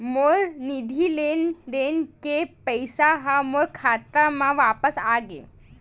मोर निधि लेन देन के पैसा हा मोर खाता मा वापिस आ गे